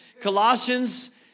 Colossians